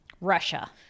Russia